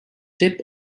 tip